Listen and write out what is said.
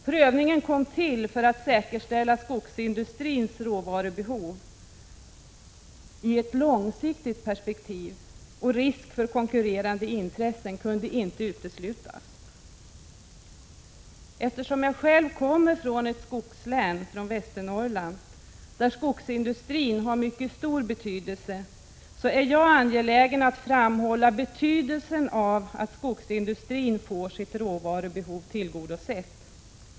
Prövningen kom till för att säkerställa skogsindustrins råvarubehov i ett långsiktigt perspektiv. Risk för konkurrerande intressen kunde inte uteslutas. Eftersom jag själv kommer från ett skogslän, Västernorrland, där skogsindustrin har mycket stor betydelse, är jag angelägen att framhålla betydelsen av att skogsindustrin får sitt råvarubehov tillgodosett.